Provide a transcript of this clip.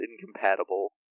Incompatible